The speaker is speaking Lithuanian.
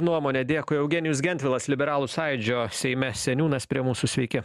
nuomonę dėkui eugenijus gentvilas liberalų sąjūdžio seime seniūnas prie mūsų sveiki